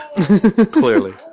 Clearly